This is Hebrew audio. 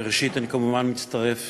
ראשית, אני כמובן מצטרף